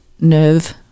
nerve